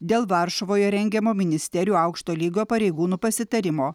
dėl varšuvoje rengiamo ministerijų aukšto lygio pareigūnų pasitarimo